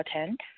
attend